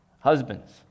husbands